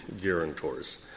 guarantors